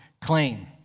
claim